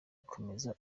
gukomeza